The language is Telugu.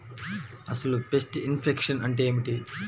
అసలు పెస్ట్ ఇన్ఫెక్షన్ అంటే ఏమిటి?